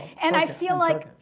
and i feel like